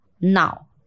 Now